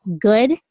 good